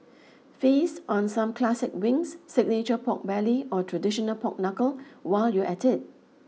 feast on some classic wings signature pork belly or traditional pork knuckle while you're at it